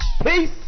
Peace